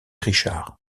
richard